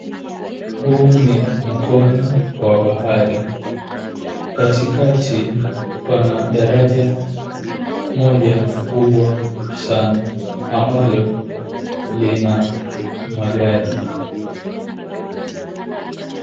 Huu ni mkondo wa bahari. Katikati pana daraja moja kubwa sana ambalo lina magari.